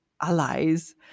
allies